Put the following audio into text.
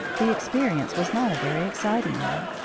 the experience was not a very exciting one.